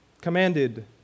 commanded